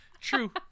True